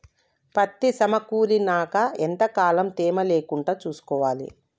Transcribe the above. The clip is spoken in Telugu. పత్తి సమకూరినాక ఎంత కాలం తేమ లేకుండా చూసుకోవాలి?